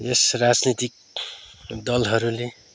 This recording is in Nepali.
यस राजनैतिक दलहरूले